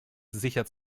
sicher